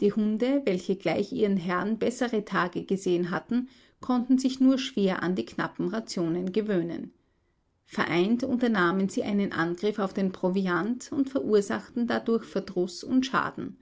die hunde welche gleich ihren herren bessere tage gesehen hatten konnten sich nur schwer an die knappen rationen gewöhnen vereint unternahmen sie einen angriff auf den proviant und verursachten dadurch verdruß und schaden